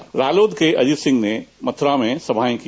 वहीं रालोद के अजित सिंह ने मथुरा में सभा की